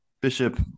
Bishop